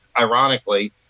ironically